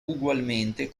ugualmente